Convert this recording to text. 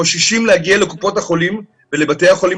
חוששים להגיע לקופות החולים ולבתי החולים,